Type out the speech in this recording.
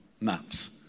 Maps